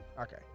Okay